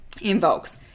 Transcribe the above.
invokes